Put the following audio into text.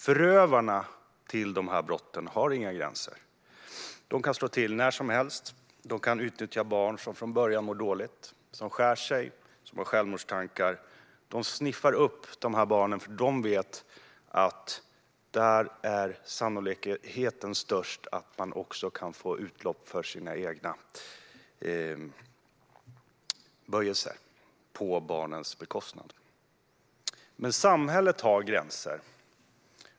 Förövarna av dessa brott har inga gränser. De kan slå till när som helst. De kan utnyttja barn som från början mår dåligt, som skär sig och som har självmordstankar. De sniffar upp dessa barn, för de vet att där är sannolikheten störst att de kan få utlopp för sina egna böjelser på barnens bekostnad. Men samhället har gränser.